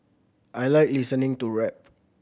I like listening to rap